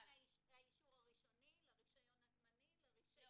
בין האישור הראשוני לאישור הזמני לרישיון.